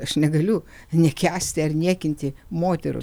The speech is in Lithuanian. aš negaliu nekęsti ar niekinti moterų